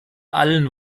allen